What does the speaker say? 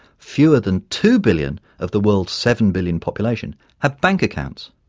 fewer than two billion of the world's seven billion population have bank accounts,